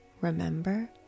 Remember